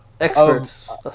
experts